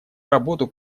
работу